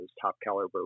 top-caliber